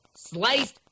Sliced